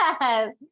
Yes